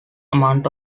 amount